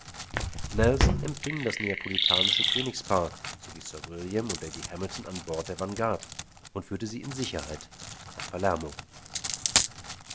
nelson empfing das neapolitanische königspaar so wie sir william und lady hamilton an bord des vanguard und führte sie in sicherheit nach palermo